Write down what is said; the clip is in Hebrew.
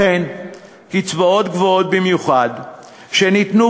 לכן קוצצו קצבאות גבוהות במיוחד שניתנו